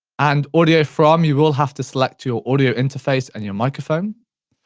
and audio from, you will have to select your audio interface and your microphone.